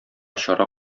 чара